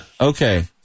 Okay